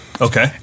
Okay